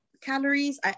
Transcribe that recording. calories